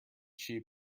shoe